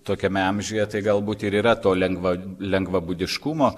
tokiame amžiuje tai galbūt ir yra to lengvo lengvabūdiškumo